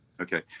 Okay